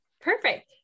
Perfect